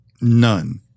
none